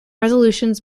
resolutions